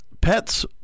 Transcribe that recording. pets